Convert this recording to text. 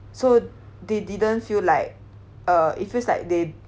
so they didn't feel like it uh it feels like they